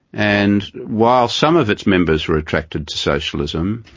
and while some of its members were attracted to socialism,